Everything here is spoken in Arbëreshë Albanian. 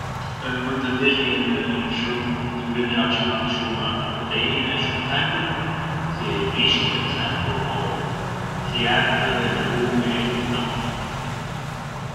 Mënd të ndihjën shumë të ngrënëra çë kanë shumë proteine, shumë hekur si misht per esempiu o thierrët, i legumi e gjithë këto.